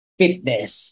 fitness